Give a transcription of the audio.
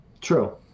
True